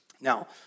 Now